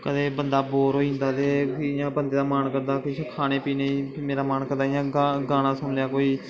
कदें बंदा बोर होई जंदा ते फ्ही इ'यां बंदे दा मन करदा किश खाने पीने गी मेरी मन करदा इ'यां गा गाना सुनने दा कोई